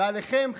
ולכם,